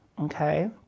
okay